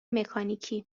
مکانیکی